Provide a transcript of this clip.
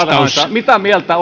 mitä mieltä